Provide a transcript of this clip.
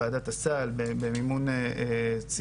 נכנס לוועדת הסל במימון ציבורי.